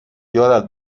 یادت